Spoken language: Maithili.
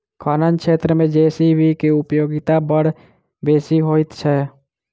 खनन क्षेत्र मे जे.सी.बी के उपयोगिता बड़ बेसी होइत छै